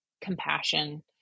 compassion